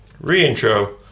re-intro